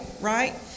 right